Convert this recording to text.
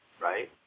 Right